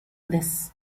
this